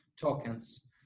tokens